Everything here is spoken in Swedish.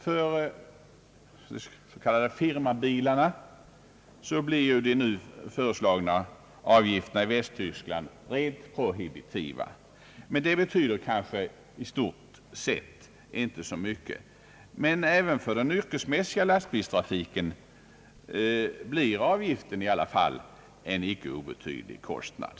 För de s.k. firmabilarna blir de nu föreslagna avgifterna i Västtyskland rent prohibitiva, men det betyder kanske i stort sett inte så mycket. även för den yrkesmässiga lastbilstrafiken blir emellertid avgiften en icke obetydlig kostnad.